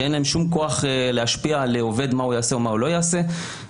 שאין להם שום כוח להשפיע על עובד מה הוא יעשה או לא יעשה ושם,